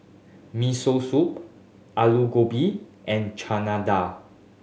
Miso Soup Alu Gobi and Chana Dal